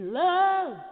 love